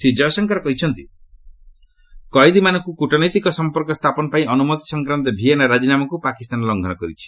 ଶ୍ରୀ ଜୟଶଙ୍କର କହିଛନ୍ତି କଏଦୀମାନଙ୍କୁ କୃଟନୈତିକ ସମ୍ପର୍କ ସ୍ଥାପନପାଇଁ ଅନୁମତି ସଂକ୍ରାନ୍ତ ଭିଏନା ରାଜିନାମାକୁ ପାକିସ୍ତାନ ଲଙ୍ଘନ କରିଛି